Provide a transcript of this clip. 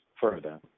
further